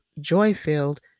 joy-filled